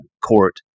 court